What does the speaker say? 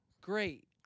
great